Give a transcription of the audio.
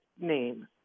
name